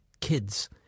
kids